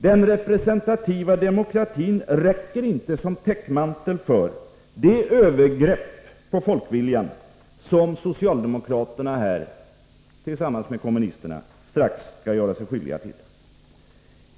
Den representativa demokratin räcker inte som täckmantel för det övergrepp på folkviljan som socialdemokraterna tillsammans med kommunisterna strax skall göra sig skyldiga till.